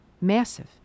massive